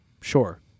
Sure